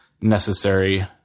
necessary